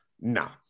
no